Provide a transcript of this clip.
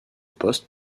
poste